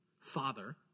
Father